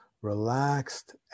Relaxed